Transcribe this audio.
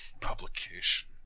publication